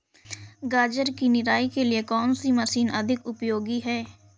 गाजर की निराई के लिए कौन सी मशीन अधिक उपयोगी है?